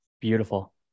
Beautiful